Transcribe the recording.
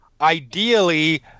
Ideally